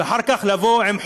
ואחר כך לבוא עם חוק.